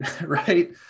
right